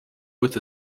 with